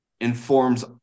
informs